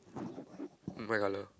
um white colour